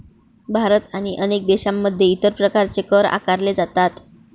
भारत आणि अनेक देशांमध्ये इतर प्रकारचे कर आकारले जातात